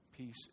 Peace